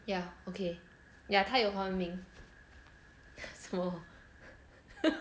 ya okay yeah 他有华文名